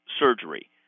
surgery